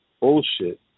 bullshit